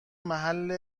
محل